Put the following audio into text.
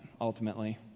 ultimately